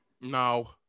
No